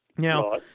Now